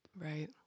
Right